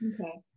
okay